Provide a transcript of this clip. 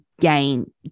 gain